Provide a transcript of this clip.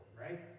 right